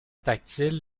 tactile